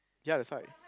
ya that's why